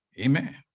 Amen